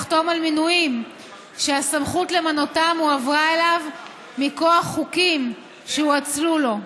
לחתום על מינויים שהסמכות למנותם הועברה אליו מכוח חוקים שהואצלו לו.